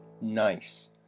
Nice